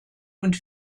und